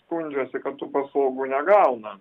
skundžiasi kad tų paslaugų negauna